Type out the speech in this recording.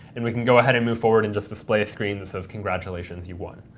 and we can go ahead and move forward and just display a screen that says congratulations, you won.